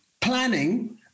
planning